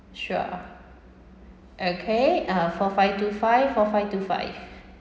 sure okay uh four five two five four five two five